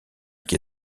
qui